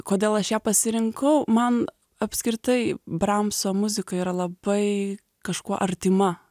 kodėl aš ją pasirinkau man apskritai bramso muzika yra labai kažkuo artima